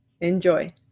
Enjoy